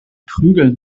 prügeln